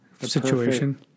Situation